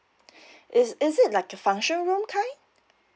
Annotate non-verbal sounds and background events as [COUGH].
[BREATH] is is it like a function room kind